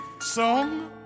song